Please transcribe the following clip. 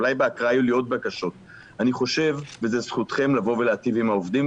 אני חושב שזכותכם לבוא ולהיטיב עם העובדים,